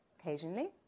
Occasionally